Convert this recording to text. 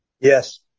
Yes